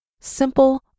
simple